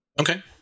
Okay